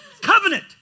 Covenant